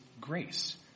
grace